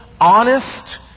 honest